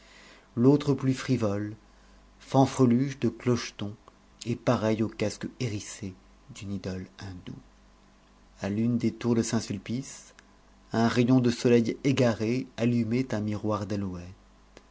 l'autre plus frivole fanfreluche de clochetons et pareil au casque hérissé d'une idole hindoue à l'une des tours de saint-sulpice un rayon de soleil égaré allumait un miroir